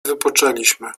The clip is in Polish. wypoczęliśmy